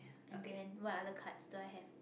and then what other cards do i have